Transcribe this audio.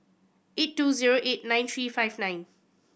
eight two zero eight nine three five nine